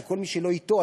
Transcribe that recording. שכל מי שלא אתו,